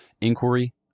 inquiry